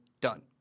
done